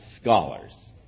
scholars